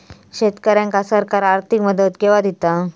शेतकऱ्यांका सरकार आर्थिक मदत केवा दिता?